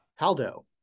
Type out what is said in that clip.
Haldo